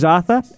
Arthur